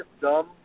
dumb